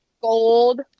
gold